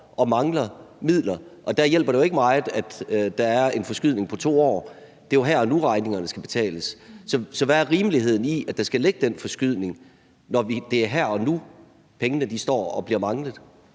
og mangler midler. Der hjælper det jo ikke meget, at der er en forskydning på 2 år. Det er jo her og nu, regningerne skal betales. Så hvad er rimeligheden i, at der skal ligge den forskydning, når det er her og nu, de står og mangler